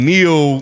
Neil